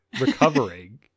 recovering